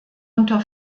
unter